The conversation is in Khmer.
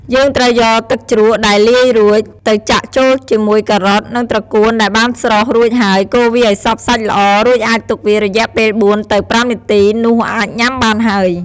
យើងត្រូវយកទឹកជ្រក់ដែលលាយរួច ទៅចាក់ចូលជាមួយការ៉ុត និងត្រកួនដែលបានស្រុះ រួចហើយ កូរវាឱ្យសព្វសាច់ល្អ រួចអាចទុកវារយៈពេល ៤-៥ នាទី នោះអាចញ៉ាំបានហើយ។